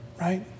right